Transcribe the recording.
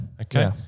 Okay